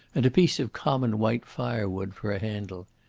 and a piece of common white firewood for a handle.